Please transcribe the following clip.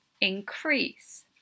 increase